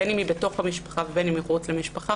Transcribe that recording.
בין אם היא בתוך המשפחה ובין אם היא מחוץ למשפחה,